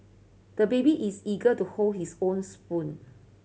the baby is eager to hold his own spoon